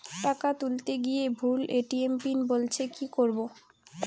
টাকা তুলতে গিয়ে ভুল এ.টি.এম পিন বলছে কি করবো?